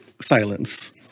silence